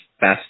best